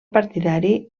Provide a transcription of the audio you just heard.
partidari